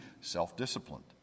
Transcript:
self-disciplined